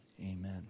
Amen